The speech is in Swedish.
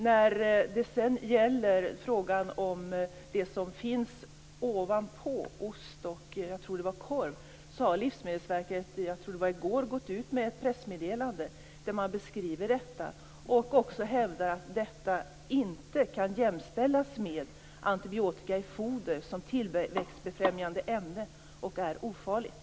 När det sedan gäller frågan om det som finns på ost och korv har Livsmedelsverket - jag tror att det var i går - gått ut med ett pressmeddelande där man beskriver detta. Man hävdar att det inte kan jämställas med antibiotika i foder som tillväxtbefrämjande ämne och att det är ofarligt.